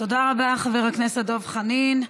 תודה רבה, חבר הכנסת דב חנין.